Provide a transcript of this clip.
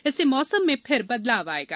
उससे मौसम में फिर बदलाव आएगा